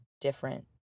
different